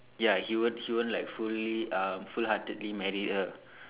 ya he won't he won't like fully uh full heartedly marry her